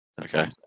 Okay